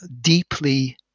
deeply